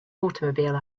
automobile